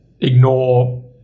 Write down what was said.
ignore